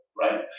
right